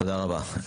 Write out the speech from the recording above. תודה רבה.